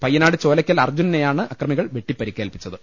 പ്യ്യനാട് ചോലക്കൽ അർജുനനെയാണ് അക്രമികൾ വെട്ടിപ്പരിക്കേൽപ്പിച്ചത്